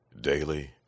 daily